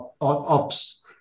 ops